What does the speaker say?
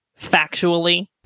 factually